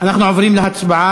אנחנו עוברים להצבעה.